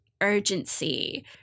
urgency